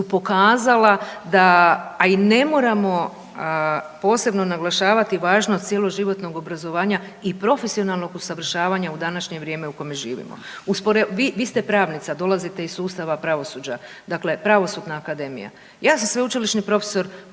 pokazala, a i ne moramo posebno naglašavati važnost cjeloživotnog obrazovanja i profesionalnog usavršavanja u današnje vrijeme u kome živimo. Vi ste pravnica, dolazite iz sustava pravosuđa, dakle Pravosudna akademija, ja sam sveučilišni profesor